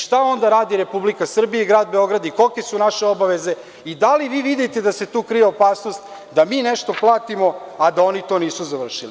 Šta onda radi Republika Srbija i Grad Beograd i kolike su naše obaveze i da li vi vidite da se tu krije opasnost da mi nešto platimo, a da oni to nisu završili?